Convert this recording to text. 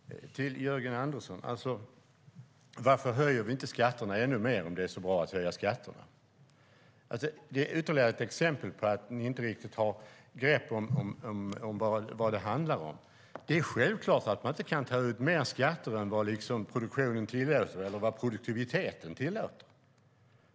Herr talman! Jörgen Andersson frågade varför vi inte höjer skatterna ännu mer om det är så bra att höja skatterna. Det är ytterligare ett exempel på att ni inte riktigt har grepp om vad det handlar om. Det är självklart att man inte kan ta ut mer skatter än vad produktiviteten tillåter.